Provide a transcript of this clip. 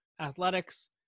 Athletics